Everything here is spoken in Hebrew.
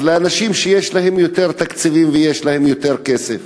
ואז הם מיועדים לאנשים שיש להם יותר תקציבים ויש להם יותר כסף.